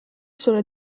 zure